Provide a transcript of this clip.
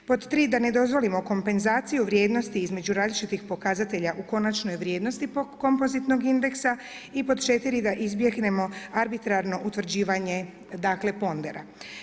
Pod tri, da ne dozvolimo kompenzaciju vrijednosti između različitih pokazatelja u konačnoj vrijednosti kompozitnog indeksa i pod četiri da izbjegnemo arbitrarno utvrđivanje, dakle pondera.